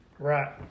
Right